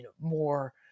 more